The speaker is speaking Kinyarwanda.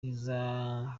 liza